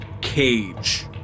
cage